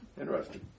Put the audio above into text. interesting